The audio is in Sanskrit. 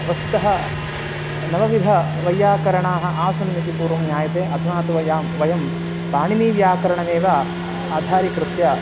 वस्तुतः नवविधवैयाकरणाः आसन् इति पूर्वं ज्ञायते अधुना तु वयं वयं पाणिनीव्याकरणमेव आधारीकृत्य